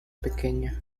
pequeña